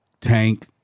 Tank